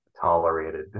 tolerated